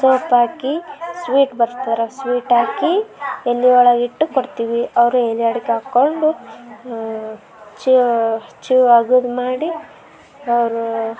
ಸೋಂಪಾಕಿ sweet ಬರುತ್ತೆ ಅದ್ರಲ್ಲಿ ಸ್ವೀಟಾಕಿ ಎಲೆ ಒಳಗಿಟ್ಟು ಕೊಡ್ತೀವಿ ಅವರು ಎಲೆ ಅಡಿಕೆ ಹಾಕ್ಕೊಂಡು ಚೀವ ಚೀವ್ ಅಗಿದು ಮಾಡಿ ಅವರೂ